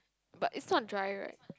but it's not dry right